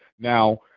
Now